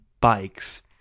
bikes